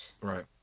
Right